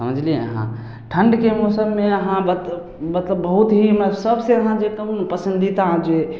समझलियै अहाँ ठण्ढके मौसममे अहाँ बस मतलब बहुत ही सबसे अहाँ जे कहु ने पसन्दीदा जे